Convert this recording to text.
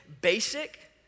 basic